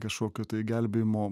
kažkokio tai gelbėjimo